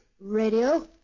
Radio